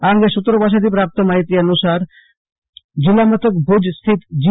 આ અંગે સુત્રો પાસેથી પ્રાપ્ત માફિતી અનુસાર જિલ્લામથક ભુજ સ્થિત જી